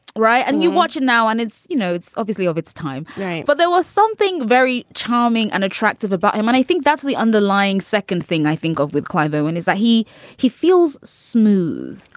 right. and you watch it now. and it's you know, it's obviously of it's time. but there was something very charming and attractive about him. and i think that's the underlying second thing i think of with clive owen is that he he feels smooth.